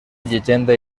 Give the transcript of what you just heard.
llegenda